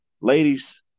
ladies